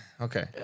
okay